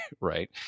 right